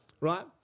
right